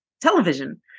television